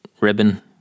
ribbon